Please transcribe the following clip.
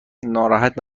ناراحت